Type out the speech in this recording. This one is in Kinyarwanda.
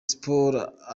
sport